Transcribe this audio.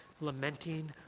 lamenting